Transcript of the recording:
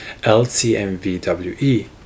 LCMVWE